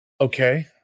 Okay